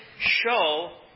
show